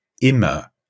Immer